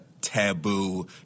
taboo